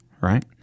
right